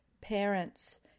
parents